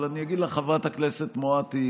אבל אני אגיד לך, חברת הכנסת מואטי,